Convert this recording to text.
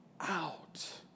out